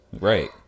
Right